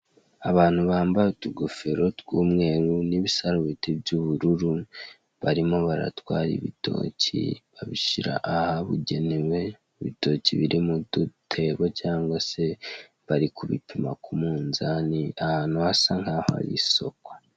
Abantu bambaye utugofero tw'umweru n'ibisarubeti by'ubururu, barimo baratwara ibitoki babishyira ahabugenewe, ibitoki biri mudutebo cyangwa se bari kubipima ku munzani ahantu hasa nk'aho ari isoko.